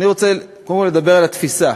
אני רוצה קודם כול לדבר על התפיסה.